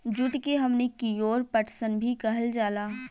जुट के हमनी कियोर पटसन भी कहल जाला